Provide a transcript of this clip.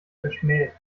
verschmäht